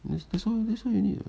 that's all that's all you need [what]